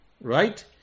Right